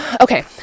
okay